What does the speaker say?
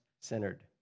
centered